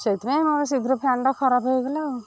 ସେଥିପାଇଁ ମୋର ଶୀଘ୍ର ଫ୍ୟାନଟା ଖରାପ ହେଇଗଲା ଆଉ